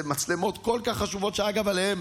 אלה מצלמות כל כך חשובות, שאגב, עליהן